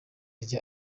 rya